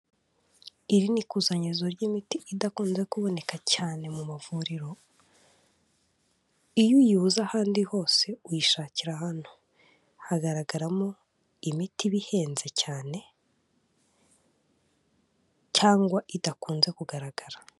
Iri ni ikusanyirizo ry'imiti idakunze kuboneka cyane mu mavuriro, iyo uyibuze ahandi hose uyishakira hano. Hagaragaramo imiti iba ihenze cyane cyangwa idakunze kugaragara.